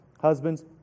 Husbands